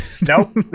Nope